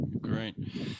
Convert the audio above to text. great